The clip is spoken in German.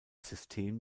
system